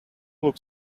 look